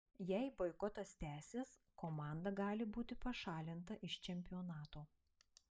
jei boikotas tęsis komanda gali būti pašalinta iš čempionato